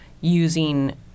using